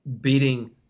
beating